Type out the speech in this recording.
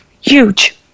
Huge